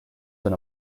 than